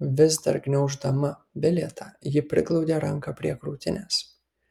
vis dar gniauždama bilietą ji priglaudė ranką prie krūtinės